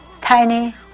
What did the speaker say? tiny